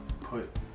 put